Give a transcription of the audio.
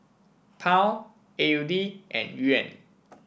Pound A U D and Yuan